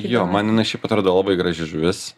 jo man jinai šiaip atrodė labai graži žuvis